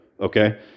Okay